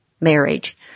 marriage